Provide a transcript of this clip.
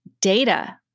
data